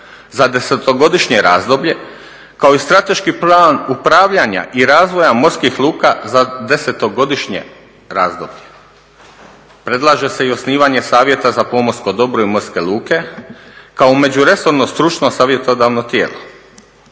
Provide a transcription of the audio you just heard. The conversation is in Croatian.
za 10-to godišnje razdoblje kao i strateški plan upravljanja i razvoja morskih luka za 10-to godišnje razdoblje. Predlaže se i osnivanje savjeta za pomorsko dobro i morske luke kao međuresorno stručno savjetodavno tijelo.